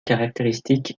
caractéristique